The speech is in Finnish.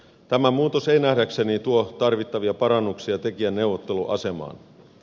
tämä muutos ei nähdäkseni tuo tarvittavia parannuksia tekijän neuvotteluasemaan